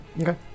Okay